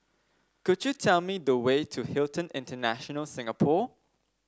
could you tell me the way to Hilton International Singapore